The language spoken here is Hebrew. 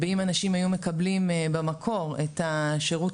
באם אנשים היו מקבלים במקור את השירות